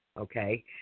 Okay